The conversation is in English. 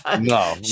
No